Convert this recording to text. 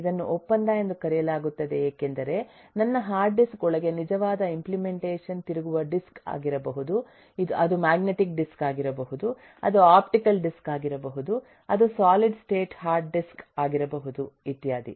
ಇದನ್ನು ಒಪ್ಪಂದ ಎಂದು ಕರೆಯಲಾಗುತ್ತದೆ ಏಕೆಂದರೆ ನನ್ನ ಹಾರ್ಡ್ ಡಿಸ್ಕ್ ಒಳಗೆ ನಿಜವಾದ ಇಂಪ್ಲೆಮೆಂಟೇಷನ್ ತಿರುಗುವ ಡಿಸ್ಕ್ ಆಗಿರಬಹುದು ಅದು ಮ್ಯಾಗ್ನೆಟಿಕ್ ಡಿಸ್ಕ್ ಆಗಿರಬಹುದು ಅದು ಆಪ್ಟಿಕಲ್ ಡಿಸ್ಕ್ ಆಗಿರಬಹುದು ಅದು ಸಾಲಿಡ್ ಸ್ಟೇಟ್ ಹಾರ್ಡ್ ಡಿಸ್ಕ್ ಆಗಿರಬಹುದು ಇತ್ಯಾದಿ